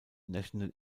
national